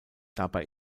dabei